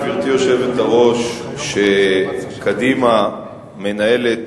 גברתי היושבת-ראש, הפעם השנייה שקדימה מנהלת